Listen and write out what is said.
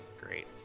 Great